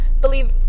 believe